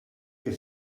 que